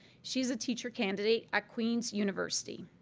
she's a teacher candidate at queen's university.